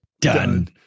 done